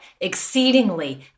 exceedingly